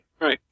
Right